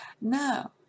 No